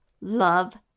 love